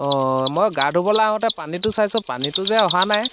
অঁ মই গা ধুবলৈ আহোঁতে পানীটো চাইছোঁ পানীটো যে অহা নাই